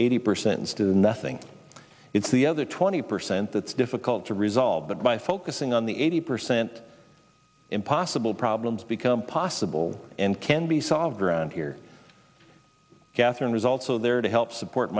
eighty percent to nothing it's the other twenty percent that's difficult to resolve but by focusing on the eighty percent impossible problems become possible and can be solved around here catherine result so there to help support